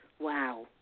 Wow